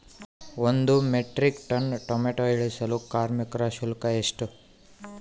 ಒಂದು metric ton tomato ಇಳಿಸಲು ಕಾರ್ಮಿಕರ ಶುಲ್ಕ ಎಷ್ಟು?